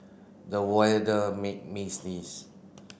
the weather made me sneeze